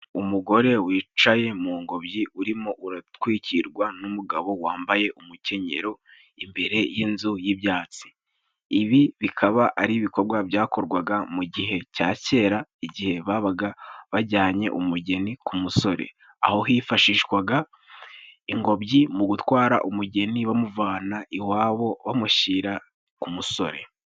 Umugore wicaye mu ngobyi urimo, uratwikirwa n’umugabo wambaye umukenyero, imbere y’inzu y’ibyatsi. Ibi bikaba ari ibikorwa byakorwaga mu gihe cya kera, igihe babaga bajyanye umugeni ku musore, aho hifashishwaga ingobyi mu gutwara umugeni bamuvana iwabo bamushyira ku musore.